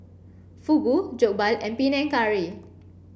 Fugu Jokbal and Panang Curry